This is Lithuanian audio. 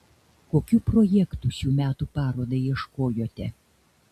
kokių projektų šių metų parodai ieškojote